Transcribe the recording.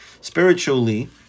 spiritually